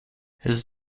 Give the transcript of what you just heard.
his